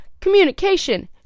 communication